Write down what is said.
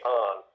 on